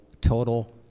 total